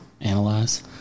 analyze